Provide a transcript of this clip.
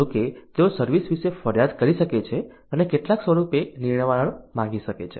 જો કે તેઓ સર્વિસ વિશે ફરિયાદ કરી શકે છે અને કેટલાક સ્વરૂપે નિવારણ માંગી શકે છે